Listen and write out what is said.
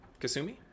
Kasumi